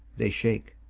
they shake.